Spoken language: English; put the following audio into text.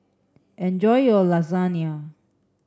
enjoy your Lasagna